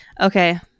Okay